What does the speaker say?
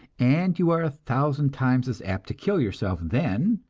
and you are a thousand times as apt to kill yourself then,